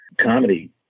comedy